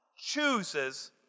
chooses